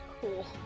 Cool